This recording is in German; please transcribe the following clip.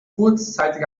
kurzzeitig